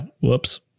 Whoops